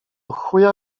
chuja